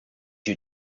you